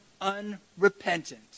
unrepentant